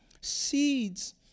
Seeds